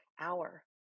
hour